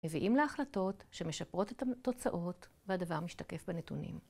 מביאים להחלטות שמשפרות את התוצאות והדבר משתקף בנתונים.